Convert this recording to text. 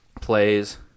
plays